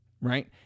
right